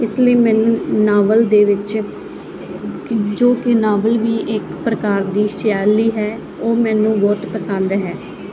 ਇਸ ਲਈ ਮੈਨੂੰ ਨਾਵਲ ਦੇ ਵਿੱਚ ਜੋ ਕਿ ਨਾਵਲ ਵੀ ਇੱਕ ਪ੍ਰਕਾਰ ਦੀ ਸ਼ੈਲੀ ਹੈ ਉਹ ਮੈਨੂੰ ਬਹੁਤ ਪਸੰਦ ਹੈ